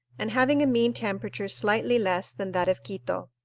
and having a mean temperature slightly less than that of quito.